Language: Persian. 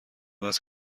است